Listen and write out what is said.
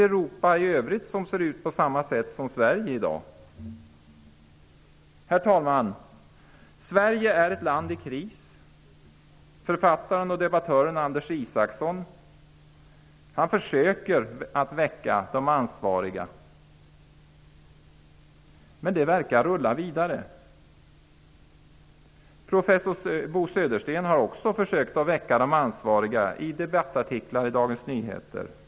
Europa i övrigt ser inte ut som Sverige gör i dag. Herr talman! Sverige är ett land i kris. Författaren och debattören Anders Isaksson försöker att väcka de ansvariga. Men det hela verkar rulla vidare. Professor Bo Södersten har också försökt att väcka de ansvariga genom debattartiklar i Dagens Nyheter.